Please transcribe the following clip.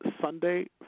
Sunday